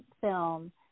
film